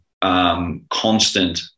constant